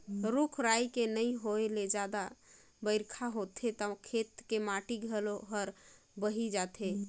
रूख राई के नइ होए ले जादा बइरखा होथे त खेत के माटी घलो हर बही जाथे